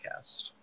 podcast